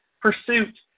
Pursuit